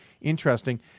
interesting